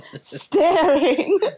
staring